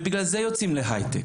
ולכן, יוצאים להייטק